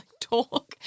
talk